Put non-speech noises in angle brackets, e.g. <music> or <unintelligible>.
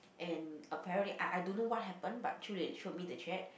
<unintelligible>